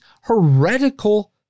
heretical